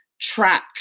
track